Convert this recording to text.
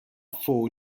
four